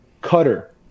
cutter